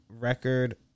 record